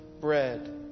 bread